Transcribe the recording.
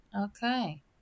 Okay